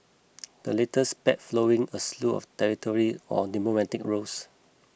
the latest spat flowing a slew of territory on the diplomatic rows